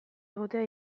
egotea